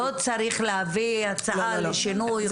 לא צריך להביא הצעה לשינוי חוק.